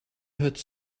het